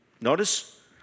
Notice